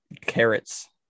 carrots